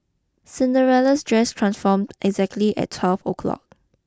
Cinderella's dress transformed exactly at twelve o'clock